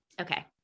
okay